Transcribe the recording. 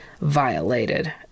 violated